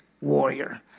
warrior